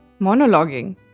Monologuing